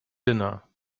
dinner